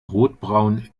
rotbraun